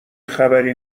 خبری